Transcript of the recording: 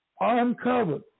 uncovered